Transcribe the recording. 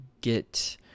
get